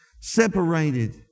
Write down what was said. Separated